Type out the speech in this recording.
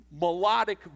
melodic